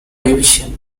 division